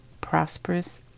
prosperous